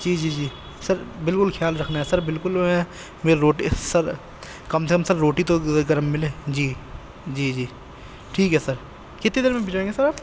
جی جی جی سر بالکل خیال رکھنا ہے سر بالکل میر روٹی سر کم سے کم سر روٹی تو گرم ملے جی جی جی ٹھیک ہے سر کتنی دیر میں بھیجوائیں گے سر